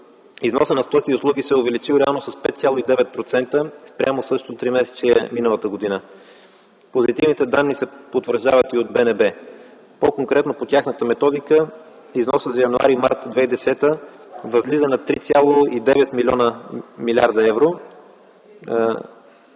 Износът на стоки и услуги се е увеличил реално с 5,9% спрямо същото тримесечие миналата година. Позитивните данни се потвърждават и от БНБ. По-конкретно по тяхната методика износът за м. януари – м. март 2010 г. възлиза на 3,9 млрд. евро